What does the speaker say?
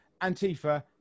Antifa